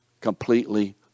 completely